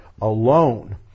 alone